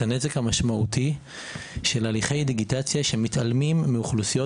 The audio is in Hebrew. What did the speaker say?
הנזק הניכר של הליכי דיגיטציה שמתעלמים מאוכלוסיות